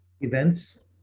events